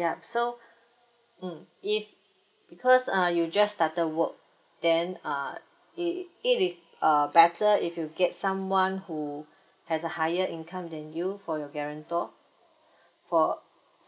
yup so mm if because uh you just started work then uh it it is uh better if you get someone who has a higher income than you for your guarantor for